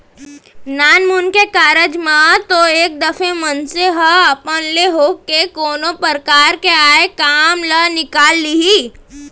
नानमुन के कारज म तो एक दफे मनसे ह अपन ले होके कोनो परकार ले आय काम ल निकाल लिही